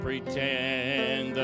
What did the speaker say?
Pretend